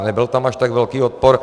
Nebyl tam až tak velký odpor.